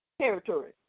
territory